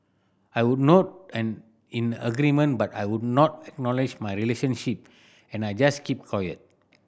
I would nod an in agreement but I would not acknowledge my relationship and I just kept quiet